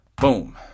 boom